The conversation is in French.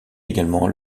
également